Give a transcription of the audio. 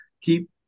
keep